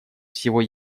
всего